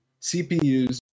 CPUs